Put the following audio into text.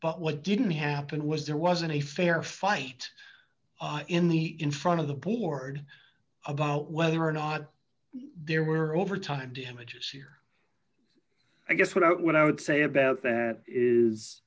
but what didn't happen was there wasn't a fair fight in the in front of the board about whether or not there were overtime to images here i guess without what i would say about that is